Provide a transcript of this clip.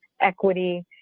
equity